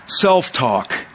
self-talk